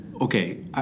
Okay